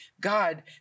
God